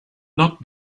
not